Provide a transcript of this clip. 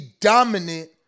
dominant